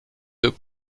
deux